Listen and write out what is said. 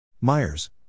Myers